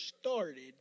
started